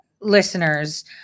listeners